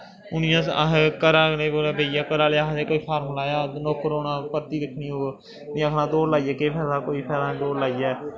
हून जियां अस घरा आहले कोला बेहियै घर आह्ले आखदे कोई फार्म लाया नौकर होना भर्थी दिक्खनी में आखना दौड़ लाइयै केह् फैदा कोई फैदा निं दौड़ लाइयै